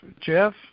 Jeff